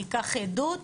ייקח עדות.